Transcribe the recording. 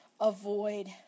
avoid